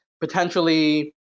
potentially